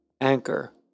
Anchor